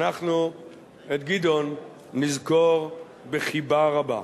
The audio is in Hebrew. אנחנו את גדעון נזכור בחיבה רבה.